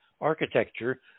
architecture